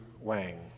Wang